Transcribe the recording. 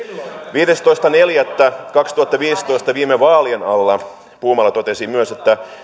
viidestoista neljättä kaksituhattaviisitoista viime vaalien alla puumala totesi myös että